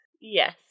Yes